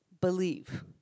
believe